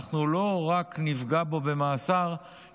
אנחנו לא רק נפגע בו במאסר,